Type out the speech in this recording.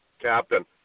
Captain